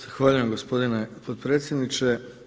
Zahvaljujem gospodine potpredsjedniče.